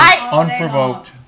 unprovoked